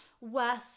worse